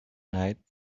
night